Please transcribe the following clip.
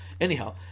Anyhow